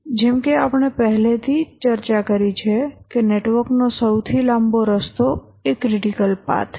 જેમ કે આપણે પહેલેથી જ ચર્ચા કરી છે કે નેટવર્કનો સૌથી લાંબો રસ્તો એ ક્રિટિકલ પાથ છે